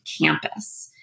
campus